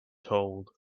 told